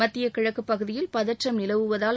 மத்திய கிழக்குப் பகுதியில் பதற்றம் நிலவுவதால்